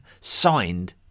signed